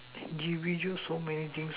individual so many thing